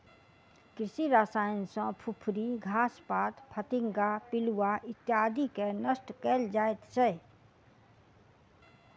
कृषि रसायन सॅ फुफरी, घास पात, फतिंगा, पिलुआ इत्यादिके नष्ट कयल जाइत छै